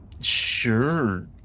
Sure